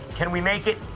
can we make it?